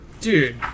Dude